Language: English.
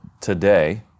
today